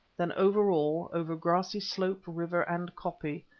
then over all, over grassy slope, river, and koppie,